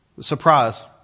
Surprise